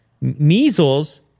measles